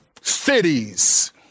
cities